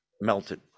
melted